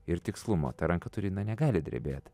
ir tikslumo ta ranka turi na negali drebėt